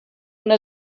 una